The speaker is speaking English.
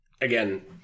again